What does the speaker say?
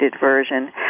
version